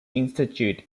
institute